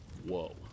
Whoa